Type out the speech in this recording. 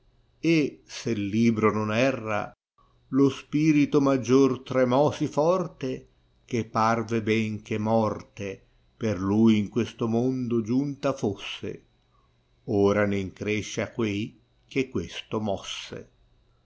erra lo spirito maggior tremò s forte che parve ben che morte per lui in questo mondo ginnta fosse ora ne ineresce a quei che questo moise